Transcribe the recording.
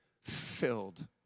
filled